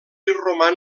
roman